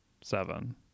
seven